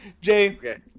Jay